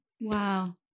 Wow